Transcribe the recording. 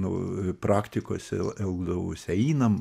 nu praktikose elgdavaus einam